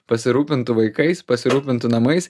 pasirūpintų vaikais pasirūpintų namais